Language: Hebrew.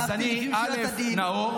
אז אתה עצרת אותי ל-30 שניות.